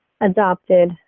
adopted